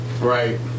Right